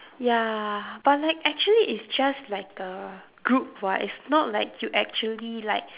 ya but like actually it's just like uh group [what] it's not like you actually like